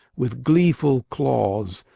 with gleeful claws,